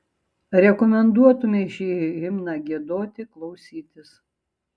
rekomenduotumei šį himną giedoti klausytis